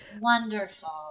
Wonderful